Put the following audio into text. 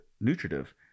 nutritive